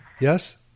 Yes